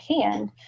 hand